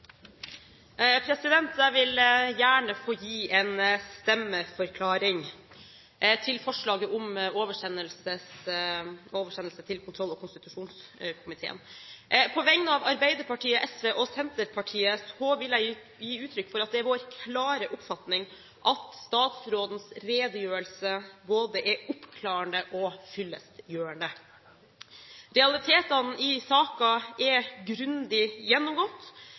Jeg vil gjerne få gi en stemmeforklaring til forslaget om oversendelse til kontroll- og konstitusjonskomiteen. På vegne av Arbeiderpartiet, SV og Senterpartiet vil jeg gi uttrykk for at det er vår klare oppfatning at statsrådens redegjørelse både er oppklarende og fyllestgjørende. Realitetene i saken er grundig gjennomgått.